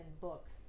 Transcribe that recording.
books